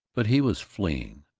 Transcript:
but he was fleeing,